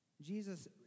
Jesus